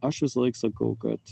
aš visąlaik sakau kad